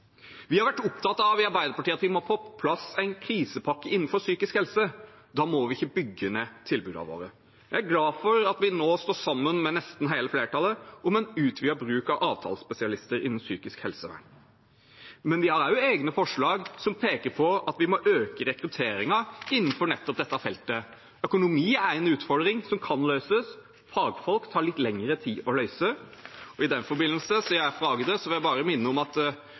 Vi har i Arbeiderpartiet vært opptatt av at vi må få på plass en krisepakke innenfor psykisk helse. Da må vi ikke bygge ned tilbudene våre. Jeg er glad for at vi nå står sammen med nesten hele flertallet om en utvidet bruk av avtalespesialister innenfor psykisk helsevern. Men vi har også egne forslag som peker på at vi må øke rekrutteringen innenfor nettopp dette feltet. Økonomi er en utfordring som kan løses. Rekruttering av fagfolk tar det litt lengre tid å løse. I den forbindelse, siden jeg er fra Agder, vil jeg bare minne om at